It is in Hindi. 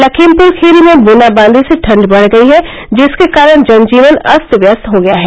लखीमपुर खीरी में बूंदाबांदी से ठंड बढ़ गयी है जिसके कारण जन जीवन अस्त व्यस्त हो गया है